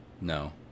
No